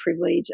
privilege